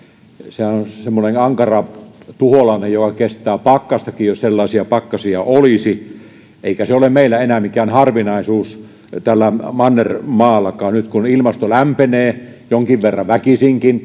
sehän on semmoinen ankara tuholainen joka kestää pakkastakin jos sellaisia pakkasia olisi eikä se ole meillä enää mikään harvinaisuus täällä mannermaallakaan nyt kun ilmasto lämpenee jonkin verran väkisinkin